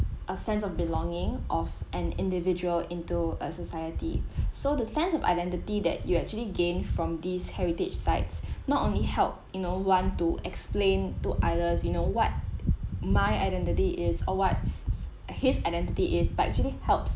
a sense of belonging of an individual into a society so the sense of identity that you actually gained from these heritage sites not only help you know one to explain to others you know what my identity is or what his identity is but actually helps